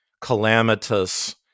calamitous